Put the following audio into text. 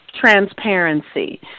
transparency